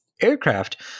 aircraft